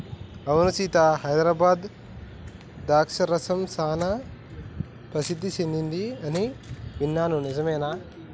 అవును సీత హైదరాబాద్లో ద్రాక్ష రసం సానా ప్రసిద్ధి సెదింది అని విన్నాను నిజమేనా